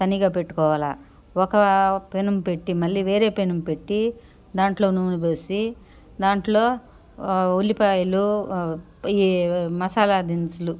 తనిగా పెట్టుకోవాలి ఒక పెనంపెట్టి మళ్ళీ వేరే పెనంపెట్టి దాంట్లో నూనె పోసి దాంట్లో ఉల్లిపాయలు ఈ మసాలదినుసులు